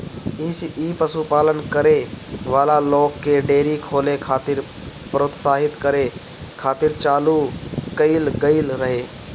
इ पशुपालन करे वाला लोग के डेयरी खोले खातिर प्रोत्साहित करे खातिर चालू कईल गईल रहे